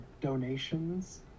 donations